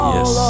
Yes